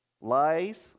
lies